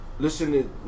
Listen